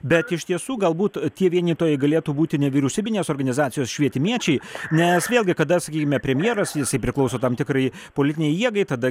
bet iš tiesų galbūt tie vienytojai galėtų būti nevyriausybinės organizacijos švietimiečiai nes vėlgi kada sakykime premjeras jisai priklauso tam tikrai politinei jėgai tada